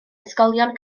ysgolion